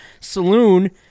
saloon